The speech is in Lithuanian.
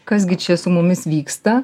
kas gi čia su mumis vyksta